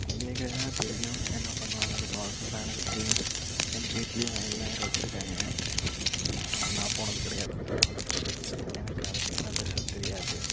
idea கிடையாதுனா தெரியும் என்ன பண்ணுவாங்க அந்த பிராசஸ்லாம் எனக்கு தெரியும் எங்கள் வீட்லேயும் வயல்லாம் வச்சுருக்காங்க எங்கே ஆனால் நான் போனது கிடையாது அதலான் எனக்கு அதை பற்றிலான் பெருசாக தெரியாது